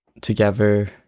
together